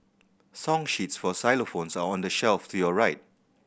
song sheets for xylophones are on the shelf to your right